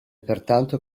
pertanto